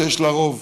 שיש לה רוב,